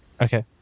Okay